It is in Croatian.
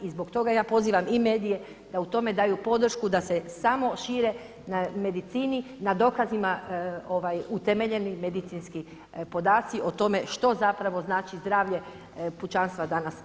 I zbog toga ja pozivam i medije da u tome daju podršku da se samo šire na medicini, na dokazima utemeljeni medicinski podaci o tome što zapravo znači zdravlje pučanstva danas.